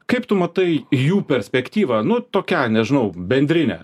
kaip tu matai jų perspektyvą nu tokią nežinau bendrinę